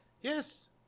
Yes